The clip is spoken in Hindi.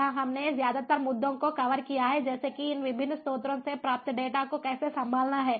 यहां हमने ज्यादातर मुद्दों को कवर किया है जैसे कि इन विभिन्न स्रोतों से प्राप्त डेटा को कैसे संभालना है